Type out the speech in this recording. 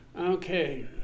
Okay